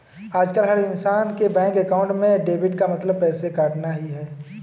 आजकल हर इन्सान के बैंक अकाउंट में डेबिट का मतलब पैसे कटना ही है